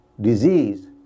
disease